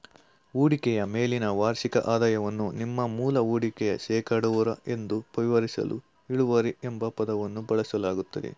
ಹೂಡಿಕೆಯ ಮೇಲಿನ ವಾರ್ಷಿಕ ಆದಾಯವನ್ನು ನಿಮ್ಮ ಮೂಲ ಹೂಡಿಕೆಯ ಶೇಕಡವಾರು ಎಂದು ವಿವರಿಸಲು ಇಳುವರಿ ಎಂಬ ಪದವನ್ನು ಬಳಸಲಾಗುತ್ತೆ